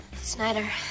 Snyder